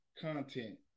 content